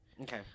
Okay